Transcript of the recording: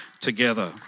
together